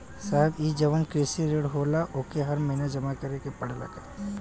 साहब ई जवन कृषि ऋण होला ओके हर महिना जमा करे के पणेला का?